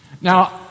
now